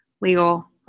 legal